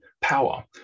power